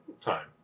time